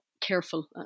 careful